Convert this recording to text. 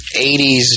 80s